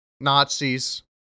Nazis